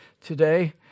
today